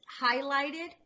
highlighted